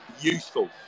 useful